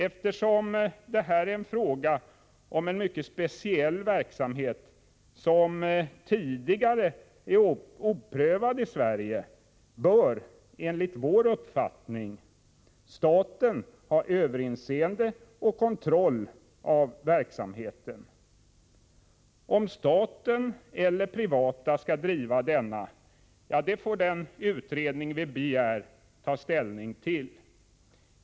Eftersom det här är en fråga om en mycket speciell verksamhet, som tidigare är oprövad i Sverige, bör, enligt vår uppfattning, staten ha överinseende och kontroll över verksamheten. Om staten eller privata skall driva denna, får den utredning som vi begär ta ställning till.